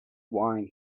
wine